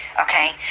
Okay